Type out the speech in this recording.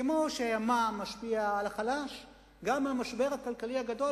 כמו שהמע"מ משפיע על החלש גם המשבר הכלכלי הגדול,